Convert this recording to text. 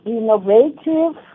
innovative